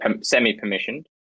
semi-permissioned